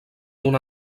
una